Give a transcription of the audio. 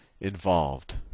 involved